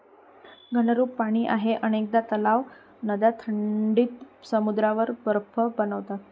घनरूप पाणी आहे अनेकदा तलाव, नद्या थंडीत समुद्रावर बर्फ बनतात